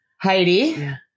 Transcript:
heidi